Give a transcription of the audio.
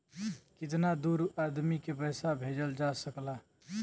कितना दूर आदमी के पैसा भेजल जा सकला?